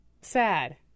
Sad